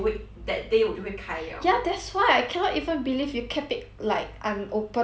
ya that's why I cannot even believe you kept it like unopened for so long